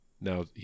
now